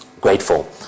Grateful